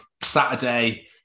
Saturday